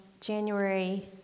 January